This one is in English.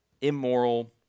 immoral